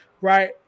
right